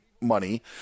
money